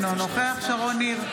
אינו נוכח שרון ניר,